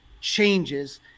changes